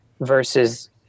versus